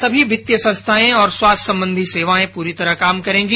सभी वित्तीय संस्थाएं और स्वास्थ्य संबंधी सेवाएं पूरी तरह काम करेंगी